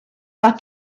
par